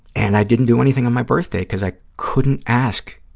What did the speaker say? and i didn't do anything on my birthday because i couldn't ask,